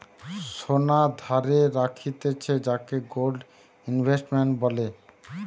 সোনা ধারে রাখতিছে যাকে গোল্ড ইনভেস্টমেন্ট বলে